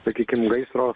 sakykim gaisro